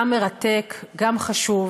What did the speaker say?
גם מרתק, גם חשוב,